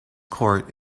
court